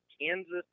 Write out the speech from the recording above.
Kansas